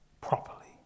properly